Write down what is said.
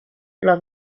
los